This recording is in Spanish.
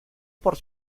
por